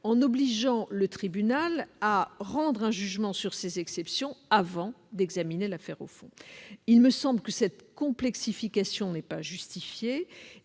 en obligeant le tribunal à rendre un jugement sur ces exceptions avant d'examiner l'affaire au fond. Il me semble que cette complexification n'est pas justifiée.